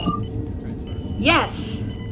yes